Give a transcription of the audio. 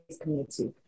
community